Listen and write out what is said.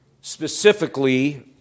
specifically